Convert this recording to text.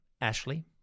Ashley